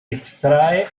extrae